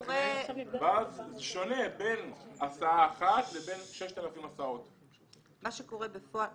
יש הבדל בין הסעה אחת לבין 6,000 הסעות ואז זה פוגם